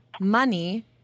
money